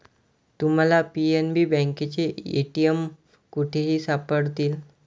तुम्हाला पी.एन.बी बँकेचे ए.टी.एम कुठेही सापडतील